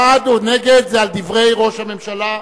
הבעד או הנגד זה על דברי ראש הממשלה.